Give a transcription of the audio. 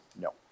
No